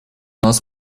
нас